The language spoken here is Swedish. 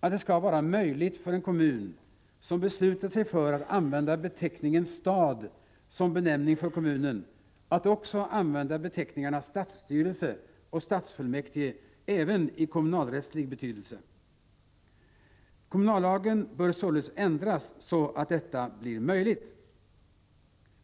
att det skall vara möjligt för en kommun som beslutat sig för att använda beteckningen stad som benämning för kommunen att också använda beteckningarna stadsstyrelse och stadsfullmäktige även i kommunalrättslig betydelse. Kommunallagen bör således ändras så, att detta blir möjligt.